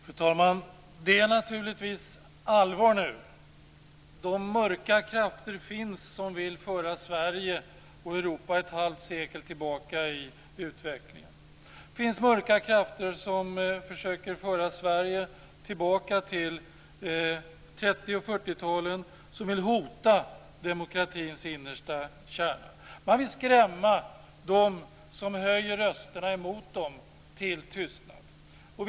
Fru talman! Det är naturligtvis allvar nu. Det finns mörka krafter som vill föra Sverige och Europa ett halvt sekel tillbaka i utvecklingen. Det finns mörka krafter som försöker föra Sverige tillbaka till 30 och 40-talen, som vill hota demokratins innersta kärna. Man vill skrämma dem som höjer rösterna mot krafterna till tystnad.